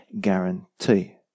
guarantee